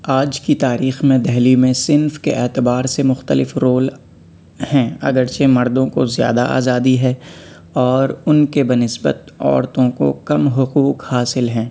آج کی تاریخ میں دہلی میں صنف کے اعبتار سے مختلف رول ہیں اگرچہ مردوں کو زیادہ آزادی ہے اور اُن کے بہ نسبت عورتوں کو کم حقوق حاصل ہیں